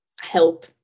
help